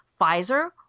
Pfizer